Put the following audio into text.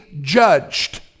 judged